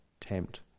tempt